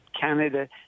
Canada